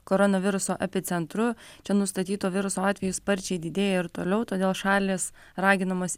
koronaviruso epicentru čia nustatyto viruso atvejų sparčiai didėja ir toliau todėl šalys raginamos